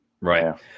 Right